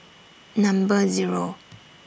Number Zero